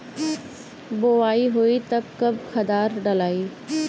बोआई होई तब कब खादार डालाई?